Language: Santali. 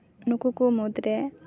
ᱱᱩᱠᱩ ᱠᱚ ᱢᱩᱫᱽ ᱨᱮ